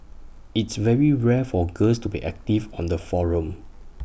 it's very rare for girls to be active on the forum